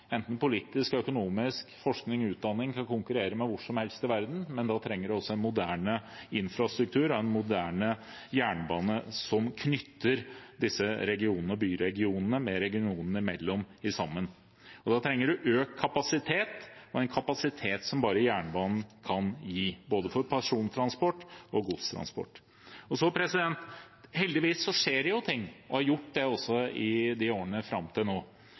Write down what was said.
enten politisk, økonomisk, forsknings- eller utdanningsmessig, skal konkurrere hvor som helst i verden, men da trenger man også en moderne infrastruktur og en moderne jernbane som knytter sammen disse regionene, byregionene og regionene imellom. Da trenger man økt kapasitet, og en kapasitet som bare jernbanen kan gi, for både persontransport og godstransport. Heldigvis skjer det ting og har gjort det i årene fram til nå.